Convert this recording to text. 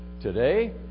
today